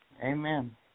Amen